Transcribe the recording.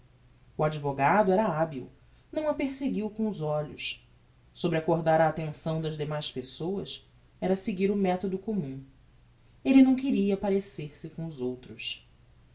o advogado era habil não a perseguiu com os olhos sobre accordar a attenção das demais pessoas era seguir o methodo commun elle não queria parecer se com os outros